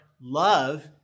love